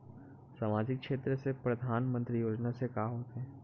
सामजिक क्षेत्र से परधानमंतरी योजना से का होथे?